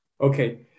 Okay